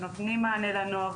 שנותנים מענה לנוער.